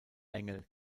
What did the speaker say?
engel